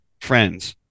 friends